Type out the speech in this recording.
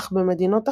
אך במדינות אחרות,